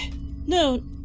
No